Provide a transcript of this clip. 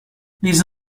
these